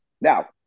Now